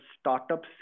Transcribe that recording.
startups